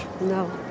No